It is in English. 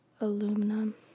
Aluminum